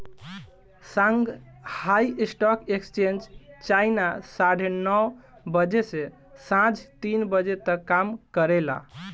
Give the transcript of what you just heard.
Shanghai stock exchange China साढ़े नौ बजे से सांझ तीन बजे तक काम करेला